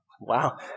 Wow